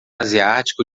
asiático